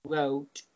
wrote